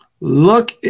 Look